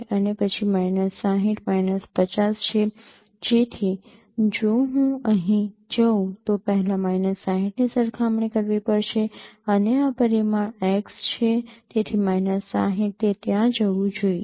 અને પછી minus ૬૦ minus ૫૦ છે જેથી જો હું અહીં જઉં તો પહેલા માઇનસ ૬૦ ની સરખામણી કરવી પડશે અને આ પરિમાણ x છે તેથી માઈનસ ૬૦ તે ત્યાં જવું જોઈએ